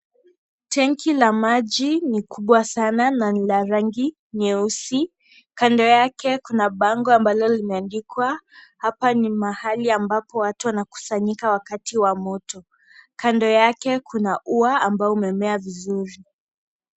Tenki la maji, ni kubwa sana na ni la rangi nyeusi, kando yake kuna bango ambalo limeandikwa, hapa ni mahali ambapoa watu wanalusanyika wakati wa moto, kando yake kuna ua, ambao umemea vizuri.